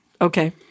Okay